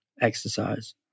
Exercise